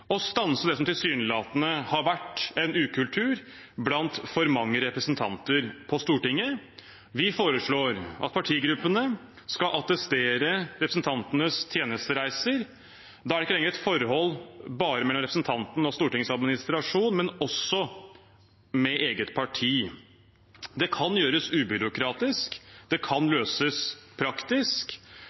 stanse det som tilsynelatende har vært en ukultur blant for mange representanter på Stortinget. Vi foreslår at partigruppene skal attestere representantenes tjenestereiser. Da er det ikke lenger et forhold mellom bare representanten og Stortingets administrasjon, men også eget parti. Det kan gjøres ubyråkratisk, det kan løses praktisk,